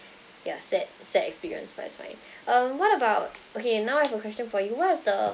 yeah sad sad experience but it's fine um what about okay now I have a question for you what is the